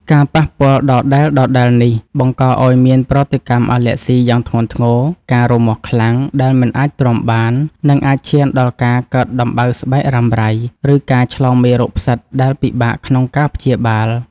ការប៉ះពាល់ដដែលៗនេះបង្កឱ្យមានប្រតិកម្មអាឡែស៊ីយ៉ាងធ្ងន់ធ្ងរ ការរមាស់ខ្លាំងដែលមិនអាចទ្រាំបាន និងអាចឈានដល់ការកើតដំបៅស្បែករ៉ាំរ៉ៃ ឬការឆ្លងមេរោគផ្សិតដែលពិបាកក្នុងការព្យាបាល។